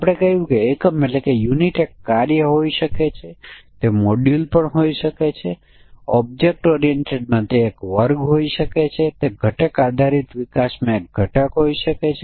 output રુટસુસંગત હોઇ શકે છે અને તે સમાન રુટછે અને તેઓ આપણને અલગ અલગ રુટ અને વાસ્તવિક રુટ અને કાલ્પનિક રુટ હોઈ શકે છે